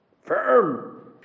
Firm